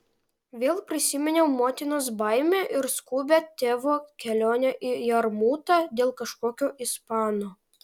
vėl prisiminiau motinos baimę ir skubią tėvo kelionę į jarmutą dėl kažkokio ispano